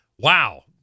Wow